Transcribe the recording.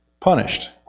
punished